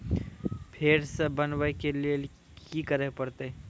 फेर सॅ बनबै के लेल की करे परतै?